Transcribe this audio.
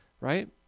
right